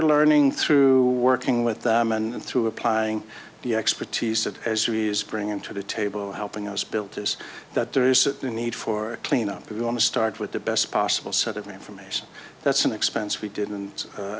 we're learning through working with them and through applying the expertise that ezri is bringing to the table helping us build this that there is a need for cleanup we want to start with the best possible set of information that's an expense we didn't